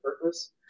purpose